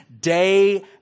day